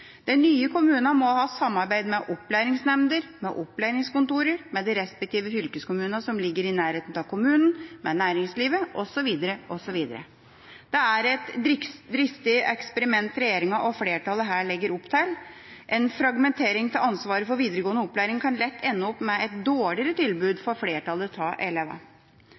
nye kommunene må ha samarbeid med opplæringsnemnder, med opplæringskontorer, med de respektive fylkeskommuner som ligger i nærheten av kommunen, med næringslivet osv., osv. Det er et dristig eksperiment regjeringa og flertallet her legger opp til. En fragmentering av ansvaret for videregående opplæring kan lett ende opp med et dårligere tilbud for flertallet av elevene. Det er lett å